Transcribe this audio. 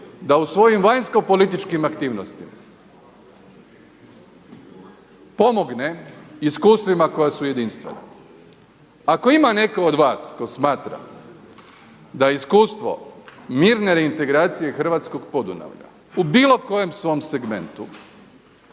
da u svojim vanjsko-političkim aktivnostima pomogne iskustvima koja su jedinstvena. Ako ima netko od vas tko smatra da iskustvo mirne reintegracije Hrvatskog Podunavlja u bilo kojem svom segmentu